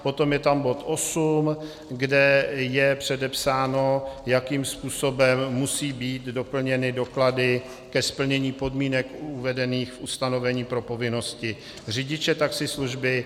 Potom je tam bod osm, kde je předepsáno, jakým způsobem musí být doplněny doklady ke splnění podmínek uvedených ustanovení pro povinnosti řidiče taxislužby.